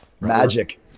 magic